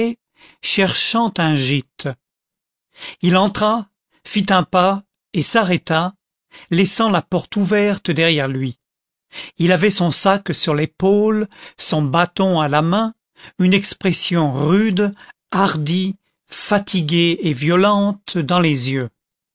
cherchant un gîte il entra fit un pas et s'arrêta laissant la porte ouverte derrière lui il avait son sac sur l'épaule son bâton à la main une expression rude hardie fatiguée et violente dans les yeux